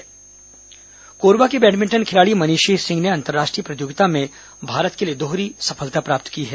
badminton स्वर्ण पदक कोरबा की बैडमिंटन खिलाड़ी मनीषी सिंह ने अंतर्राष्ट्रीय प्रतियोगिता में भारत के लिए दोहरी सफलता प्राप्त की है